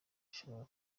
gishobora